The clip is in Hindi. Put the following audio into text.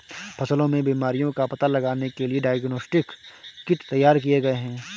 फसलों में बीमारियों का पता लगाने के लिए डायग्नोस्टिक किट तैयार किए गए हैं